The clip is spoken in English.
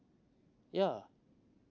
yeah